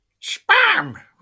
Spam